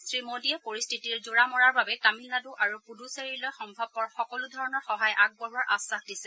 শ্ৰীমোডীয়ে পৰিস্থিতিৰ জোৰা মৰাৰ বাবে তামিলনাডু আৰু পুডুচেৰীলৈ সম্ভৱপৰ সকলো ধৰণৰ সহায় আগবঢ়োৱাৰ আশ্বাস দিছে